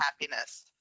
happiness